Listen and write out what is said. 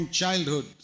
childhood